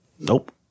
Nope